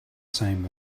same